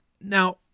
now